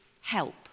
help